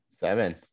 Seven